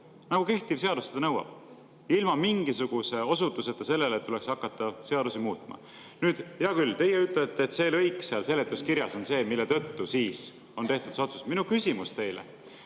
Nagu kehtiv seadus seda nõuab – ilma mingisuguse osutuseta sellele, et tuleks hakata seadusi muutma. Hea küll, teie ütlete, et see lõik seal seletuskirjas on see, mille tõttu siis on tehtud see otsus. Minu küsimus teile